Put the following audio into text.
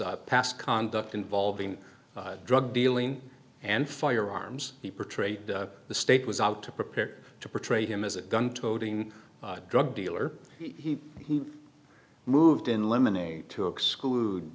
is past conduct involving drug dealing and firearms he portrayed the state was out to prepare to portray him as a gun toting drug dealer he moved in lemonade to exclude